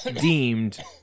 deemed